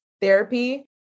therapy